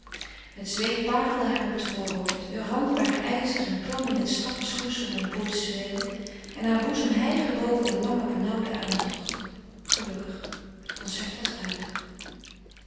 het zweet parelde haar op het voorhoofd heur handen waren ijzig en klam in het strakke schoeisel van peau de suède en haar boezem hijgde boven een langen benauwden ademtocht gelukkig het concert was uit